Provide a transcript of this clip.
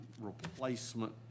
Replacement